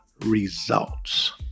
results